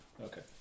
Okay